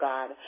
God